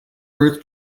earth